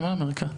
למה אמריקה?